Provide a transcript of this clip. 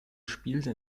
spielte